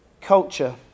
Culture